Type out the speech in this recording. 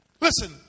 Listen